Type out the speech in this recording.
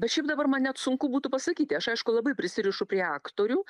bet šiaip dabar man net sunku būtų pasakyti aš aišku labai prisirišu prie aktorių